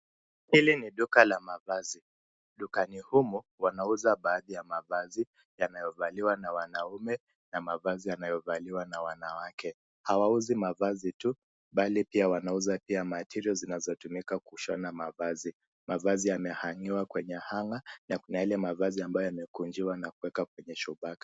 Hili ni duka la mavazi. Dukani humu wanauza baadhi ya mavazi yanayovaliwa na wanaume na mavazi yanayovaliwa na wanawake. Hawauzi mavazi tu bali pia wanauza pia material zinazotumika kushona mavazi. Mavazi yamehang'iwa kwenye hanger na kuna yale mavazi ambayo yamekunjiwa na kuwekwa kwenye shubaka.